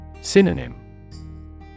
Synonym